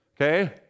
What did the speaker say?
Okay